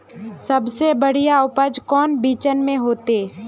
सबसे बढ़िया उपज कौन बिचन में होते?